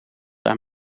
aan